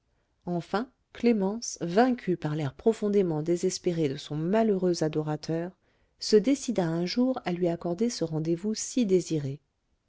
enfin clémence vaincue par l'air profondément désespéré de son malheureux adorateur se décida un jour à lui accorder ce rendez-vous si désiré